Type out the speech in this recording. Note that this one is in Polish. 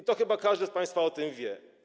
I chyba każdy z państwa o tym wie.